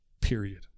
Period